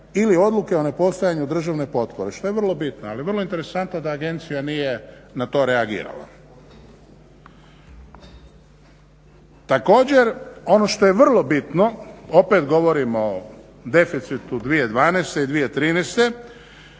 ili odluke o nepostojanju državne potpore, što je vrlo bitno, ali vrlo interesantno da agencija nije na to reagirala. Također ono što je vrlo bitno opet, govorimo o deficitu 2012. i 2013.